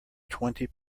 twenty